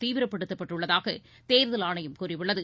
தீவிரப்படுத்தப்பட்டுள்ளதாகதேர்தல் ஆணையம் கூறியுள்ளது